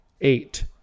eight